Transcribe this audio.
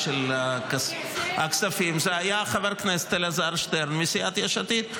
של הכספים היה חבר הכנסת אלעזר שטרן מסיעת יש עתיד,